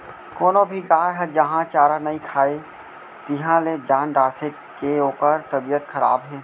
कोनो भी गाय ह जहॉं चारा नइ खाए तिहॉं ले जान डारथें के ओकर तबियत खराब हे